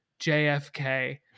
JFK